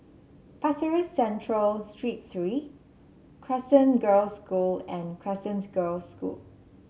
Pasir Ris Central Street Three Crescent Girls' School and Crescents Girls' School